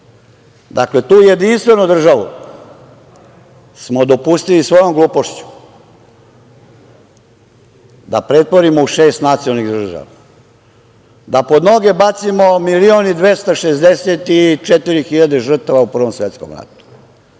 šest. Dakle, tu jedinstvenu državu smo dopustili svojom glupošću da pretvorimo u šest nacionalnih država, da pod noge bacimo milion i 264 hiljade žrtava u Prvom svetskom ratu,